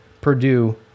Purdue